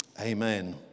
amen